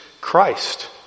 Christ